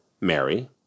Mary